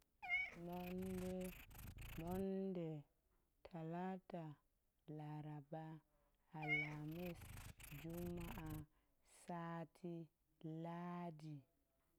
Monde, monde, talata, laraba, halamis, juma'a, sati, ladi.